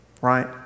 right